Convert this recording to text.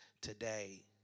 today